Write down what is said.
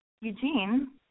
Eugene